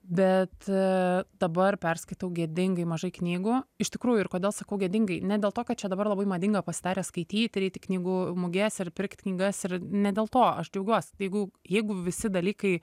bet dabar perskaitau gėdingai mažai knygų iš tikrųjų ir kodėl sakau gėdingai ne dėl to kad čia dabar labai madinga pasidarė skaityti ir eit į knygų muges ir pirkt knygas ir ne dėl to aš džiaugiuos jeigu jeigu visi dalykai